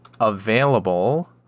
available